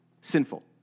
Sinful